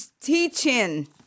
teaching